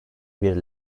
bir